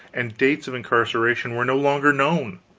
and dates of incarceration were no longer known!